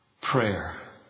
prayer